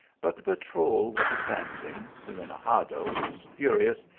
but the patrol was advancing the rene gado was furious,